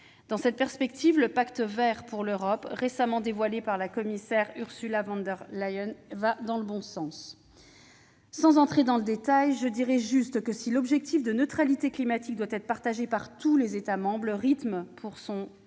Dans cette perspective, le Pacte vert pour l'Europe récemment dévoilé par la commissaire Ursula von der Leyen va dans le bon sens. Sans entrer dans le détail, je dirai simplement que si l'objectif de neutralité climatique doit être partagé par tous les États membres, le rythme pour l'atteindre